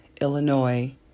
Illinois